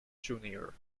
junior